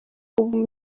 kuba